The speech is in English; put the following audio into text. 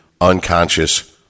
unconscious